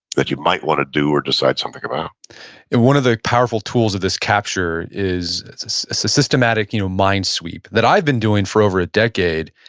that you might want to do or decide something about one of the powerful tools of this capture is it's a systematic you know mind sweep that i've been doing for over a decade.